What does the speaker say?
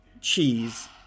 cheese